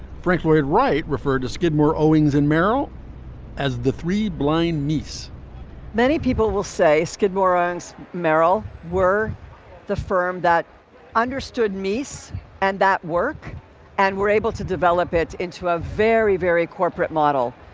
frank lloyd wright referred to skidmore, owings and merrill as the three blind knees many people people will say skidmore, owings, merrill were the firm that understood meese and that work and were able to develop it into a very, very corporate model,